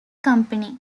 company